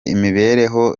imibereho